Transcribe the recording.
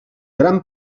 gran